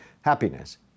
happiness